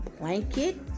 blanket